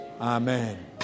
Amen